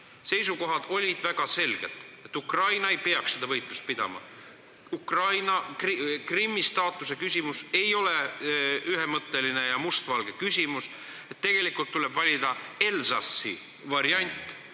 Seisukohad olid väga selged: Ukraina ei peaks seda võitlust pidama, Krimmi staatuse küsimus ei ole ühemõtteline ja mustvalge küsimus, tegelikult tuleb valida Alsace'i variant.